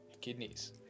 kidneys